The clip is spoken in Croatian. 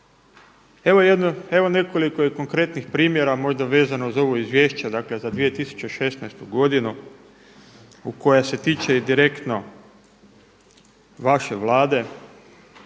Evo nekoliko je konkretnih primjera možda vezano uz ovo izvješće dakle za 2016. godinu koje se tiče i direktno vaše Vlade.